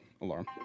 alarm